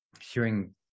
hearing